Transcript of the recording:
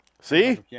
see